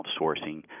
outsourcing